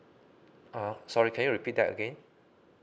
uh sorry can you repeat that again